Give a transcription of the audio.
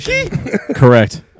correct